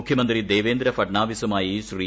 മുഖ്യമന്ത്രി ദേവേന്ദ്ര ഫട്നാവിസുമായി ശ്രീ